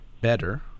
better